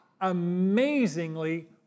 amazingly